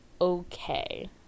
okay